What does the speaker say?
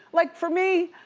like for me,